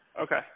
Okay